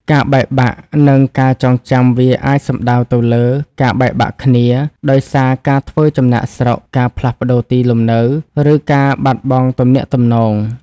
ការបែកបាក់ និងការចងចាំវាអាចសំដៅទៅលើ ការបែកបាក់គ្នា ដោយសារការធ្វើចំណាកស្រុក ការផ្លាស់ប្ដូរទីលំនៅ ឬការបាត់បង់ទំនាក់ទំនង។